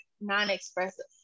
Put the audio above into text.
non-expressive